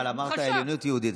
אבל אמרת "עליונות יהודית".